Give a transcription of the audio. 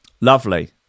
Lovely